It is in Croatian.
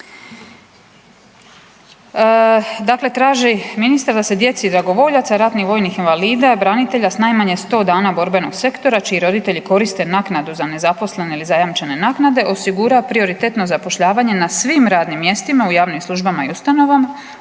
Dakle, traži ministar da se djeci dragovoljaca, ratnih vojnih invalida, branitelja s najmanje 100 dana borbenog sektora čiji roditelji koriste naknadu za nezaposlene ili zajamčene naknade osigura prioritetno zapošljavanje na svim radnim mjestima u javnim službama i ustanovama